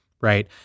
right